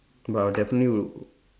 but I will definitely would